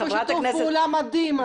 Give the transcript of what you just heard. יש פה שיתוף פעולה מדהים.